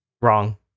Wrong